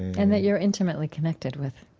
and that you're intimately connected with